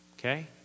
Okay